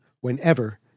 whenever